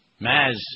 Maz